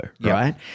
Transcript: right